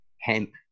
hemp